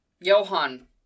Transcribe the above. johan